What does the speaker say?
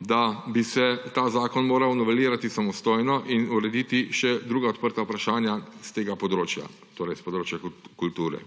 da bi se ta zakon moral novelirati samostojno in urediti še druga odprta vprašanja s področja kulture.